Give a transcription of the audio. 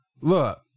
look